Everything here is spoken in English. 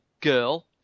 girl